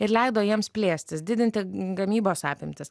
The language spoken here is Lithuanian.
ir leido jiems plėstis didinti gamybos apimtis